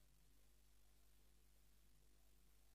חברי חברי הכנסת, תם סדר-היום.